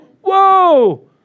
Whoa